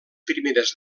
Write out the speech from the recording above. primeres